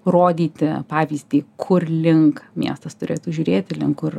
rodyti pavyzdį kur link miestas turėtų žiūrėti link kur